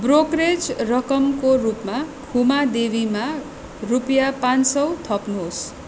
brokerage रकमको रूपमा खुमा देवीमा रुपियाँ पाँच सौ थप्नुहोस्